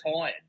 tired